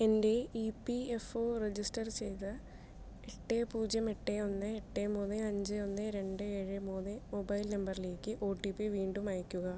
എൻ്റെ E P F O register ചെയ്ത എട്ട് പൂജ്യം എട്ട് ഒന്ന് എട്ട് മൂന്ന് അഞ്ച് ഒന്ന് രണ്ട് ഏഴ് മൂന്ന് മൊബൈൽ നമ്പറിലേക്ക് ഒ ടി പി വീണ്ടും അയയ്ക്കുക